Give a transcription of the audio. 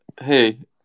Hey